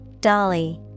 Dolly